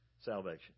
salvation